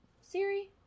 Siri